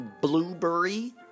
Blueberry